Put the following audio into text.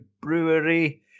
Brewery